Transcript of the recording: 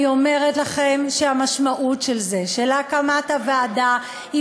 אני אומרת לכם שהמשמעות של הקמת הוועדה היא